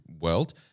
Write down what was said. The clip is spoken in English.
world